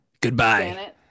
Goodbye